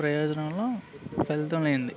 ప్రయోజనంలో వెళ్తనైంది